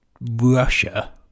Russia